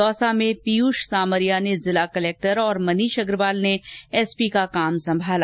दौसा में पीयूष सामरिया ने जिला कलेक्टर तथा मनीष अग्रवाल ने एसपी का काम संभाला